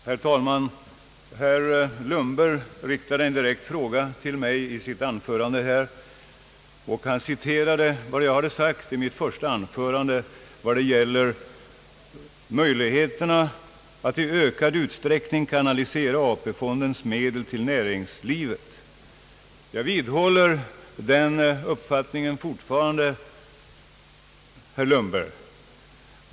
Herr talman! Herr Lundberg riktade i sitt anförande en direkt fråga till mig. Han citerade vad jag hade sagt i mitt första anförande beträffande möjligheterna att i ökad utsträckning kanalisera AP-fondernas medel till näringslivet. Jag vidhåller fortfarande min uppfattning, herr Lundberg.